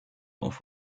auf